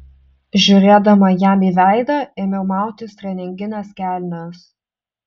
žiūrėdama jam į veidą ėmiau mautis treningines kelnes